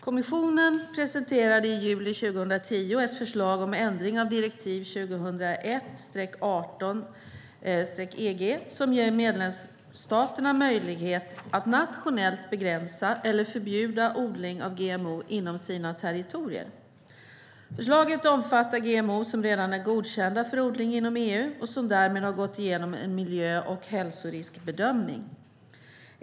Kommissionen presenterade i juli 2010 ett förslag om ändring av direktiv 2001 EG som ger medlemsstaterna möjlighet att nationellt begränsa eller förbjuda odling av GMO inom sina territorier. Förslaget omfattar GMO som redan är godkända för odling inom EU och som därmed har gått igenom en miljö och hälsoriskbedömning.